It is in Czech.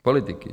Politiky.